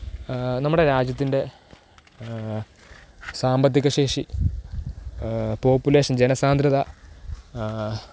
നമ്മുടെ രാജ്യത്തിൻ്റെ സാമ്പത്തികശേഷി പോപ്പുലേഷൻ ജനസാന്ദ്രത